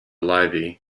livy